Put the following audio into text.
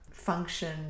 function